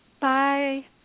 Bye